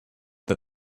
that